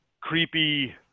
creepy